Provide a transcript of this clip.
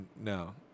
No